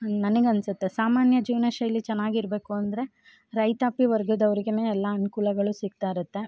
ನನಗನ್ಸುತ್ತೆ ಸಾಮಾನ್ಯ ಜೀವನ ಶೈಲಿ ಚೆನಾಗಿರ್ಬೇಕಂದ್ರೆ ರೈತಾಪಿ ವರ್ಗದವರಿಗೆಯೇ ಎಲ್ಲ ಅನುಕೂಲಗಳು ಸಿಗ್ತಾ ಇರುತ್ತೆ